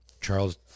Charles